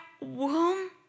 womb